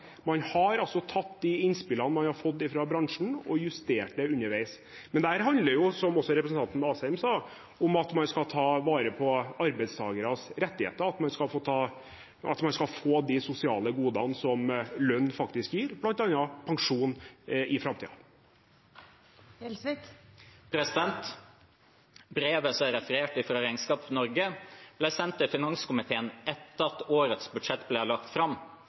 man har justert underveis. Man har altså tatt de innspillene man har fått fra bransjen, og justert det underveis. Dette handler, som også representanten Asheim sa, om at man skal ta vare på arbeidstakeres rettigheter, at man skal få de sosiale godene som lønn faktisk gir, bl.a. pensjon, i framtiden. Brevet som jeg refererte til fra Regnskap Norge, ble sendt til finanskomiteen etter at årets budsjett ble lagt fram.